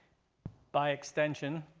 by extension,